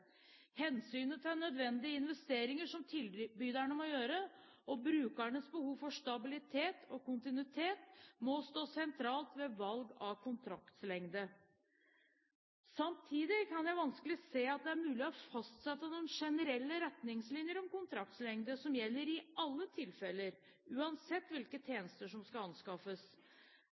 Hensynet til nødvendige investeringer som tilbyderne må gjøre, og brukernes behov for stabilitet og kontinuitet, må stå sentralt ved valg av kontraktslengde. Samtidig kan jeg vanskelig se at det er mulig å fastsette noen generelle retningslinjer om kontraktslengde som gjelder i alle tilfeller – uansett hvilke tjenester som skal anskaffes.